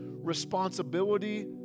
responsibility